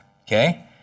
okay